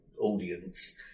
audience